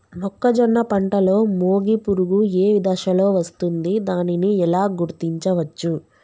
మొక్కజొన్న పంటలో మొగి పురుగు ఏ దశలో వస్తుంది? దానిని ఎలా గుర్తించవచ్చు?